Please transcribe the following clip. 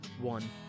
One